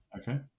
Okay